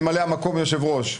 ממלא-מקום היושב-ראש,